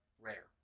rare